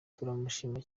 turamushimira